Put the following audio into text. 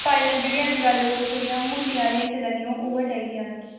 पायलां जेहड़ियां अज्ज कल्ल ओह् मुट्टी आह्लियां चला दियां उऐ चाही दियां न